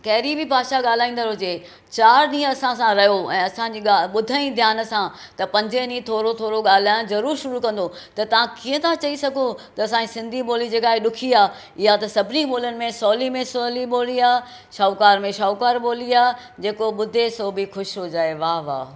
कहिड़ी बि भाषा ॻाल्हाईंदड़ हुजे चारि ॾींहं असां सां रहियो ऐं असांजी ॻाल्हि ॿुधई ध्यानु सां त पंजे ॾींहं थोरो थोरो ॻाल्हाइण ज़रूर शुरू कंदो त तव्हां कीअं तव्हां चई सघो त असांजी सिंधी बोली जेका आहे ॾुखी आहे हीअं त सभिनी बोलीनि में सवली में सवली बोली आहे शाहूकार में शाहूकार बोली आहे जेको ॿुधे सो बि ख़ुशि हो जाए वाह वाह